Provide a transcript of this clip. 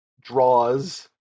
draws